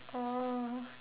oh